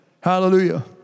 Hallelujah